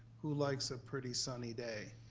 who likes a pretty sunny day?